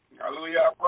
Hallelujah